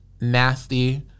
nasty